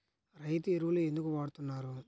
రైతు ఎరువులు ఎందుకు వాడుతున్నారు?